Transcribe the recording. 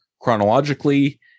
chronologically